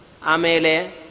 Amele